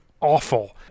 awful